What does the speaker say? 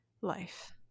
life